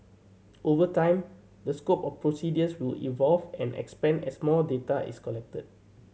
over time the scope of procedures will evolve and expand as more data is collected